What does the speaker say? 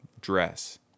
dress